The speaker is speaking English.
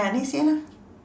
ya next year lah